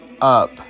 up